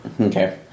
Okay